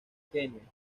kenia